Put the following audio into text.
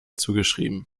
zugeschrieben